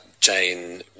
Jane